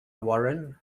warren